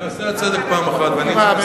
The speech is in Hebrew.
חברת הכנסת רחל אדטו,